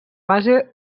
base